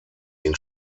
ihn